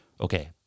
okay